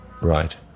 Right